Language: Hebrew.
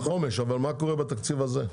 מה קורה בתקציב הזה?